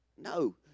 No